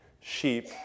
sheep